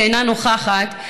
שאינה נוכחת,